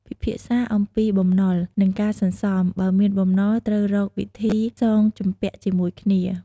ពិភាក្សាអំពីបំណុល និងការសន្សំ បើមានបំណុល ត្រូវរកវិធីសងជំពាក់ជាមួយគ្នា។